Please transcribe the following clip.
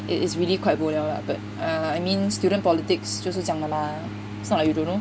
it is really quite boliao lah but err I mean student politics 就是这样的 lah it's not like you don't know